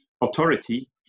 authority